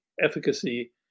efficacy